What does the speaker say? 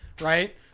Right